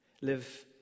Live